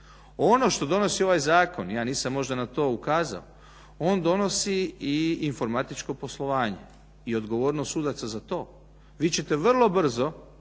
Ono što donosi ovaj zakon, ja nisam možda na to ukazao, on donosi i informatičko poslovanje i odgovornost sudaca za to. Vi ćete vrlo brzo